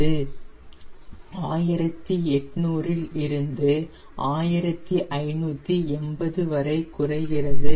இது 1800 இல் இருந்து 1580 வரை குறைகிறது